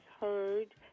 heard